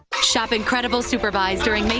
shop incredible supervised during.